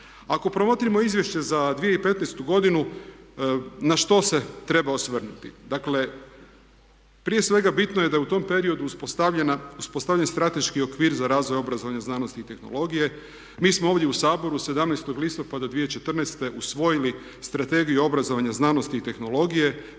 Ako promotrimo Izvješće za 2015. godinu na što se treba osvrnuti? Dakle, prije svega bitno je da je u tom periodu uspostavljen strateški okvir za razvoj obrazovanja, znanosti i tehnologije. Mi smo ovdje u Saboru 17. listopada 2014. usvojili Strategiju obrazovanja, znanosti i tehnologije